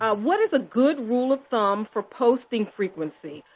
what is a good rule of thumb for posting frequency?